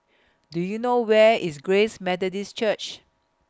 Do YOU know Where IS Grace Methodist Church